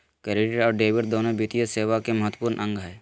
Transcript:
credit और debit दोनो वित्तीय सेवा के महत्त्वपूर्ण अंग हय